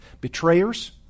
betrayers